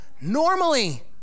Normally